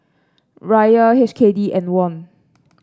Riyal H K D and Won